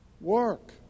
work